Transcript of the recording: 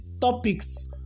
topics